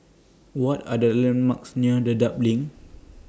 What Are The landmarks near Dedap LINK